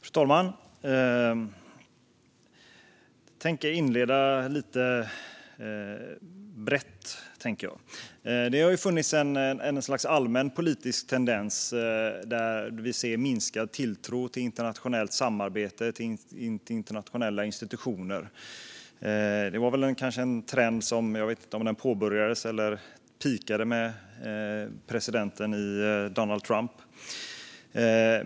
Fru talman! Jag tänker inleda brett. Vi har ju sett ett slags allmän politisk tendens till minskad tilltro till internationellt samarbete och internationella institutioner. Det var en trend som kanske började - eller peakade; jag vet inte - med president Donald Trump.